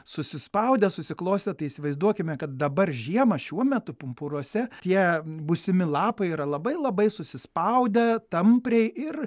susispaudę susiklostę tai įsivaizduokime kad dabar žiemą šiuo metu pumpuruose tie būsimi lapai yra labai labai susispaudę tampriai ir